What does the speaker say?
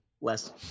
less